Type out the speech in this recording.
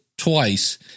Twice